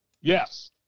Yes